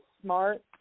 smart